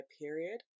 period